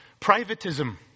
privatism